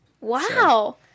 Wow